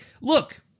look